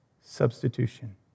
substitution